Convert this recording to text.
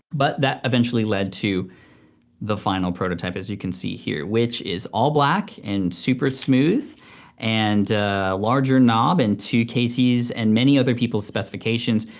but that eventually led to the final prototype, as you can see here, which is all black and super smooth and larger knob and to casey's and many other people's specifications.